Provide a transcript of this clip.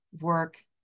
work